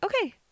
Okay